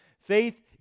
Faith